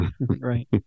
right